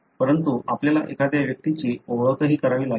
परंतु आपल्याला एखाद्या व्यक्तीची ओळखही करावी लागेल